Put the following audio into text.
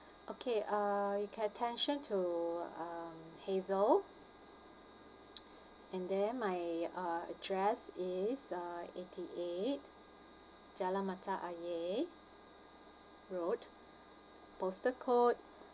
okay uh you can attention to um hazel and then my uh address is uh eighty eight jalan mata ayer road postal code